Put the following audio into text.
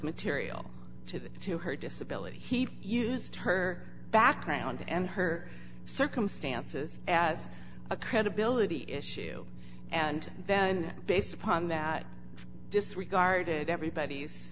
material to the to her disability he used her background and her circumstances as a credibility issue and then based upon that disregarded everybody's